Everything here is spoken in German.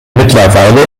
mittlerweile